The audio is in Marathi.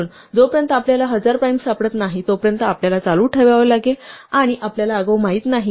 म्हणून जोपर्यंत आपल्याला हजार प्राइम्स सापडत नाहीत तोपर्यंत आपल्याला चालू ठेवावे लागेल आणि आपल्याला आगाऊ माहित नाही